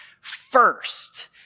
first